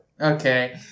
Okay